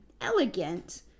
elegant